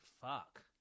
fuck